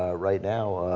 ah right now